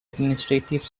administrative